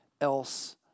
else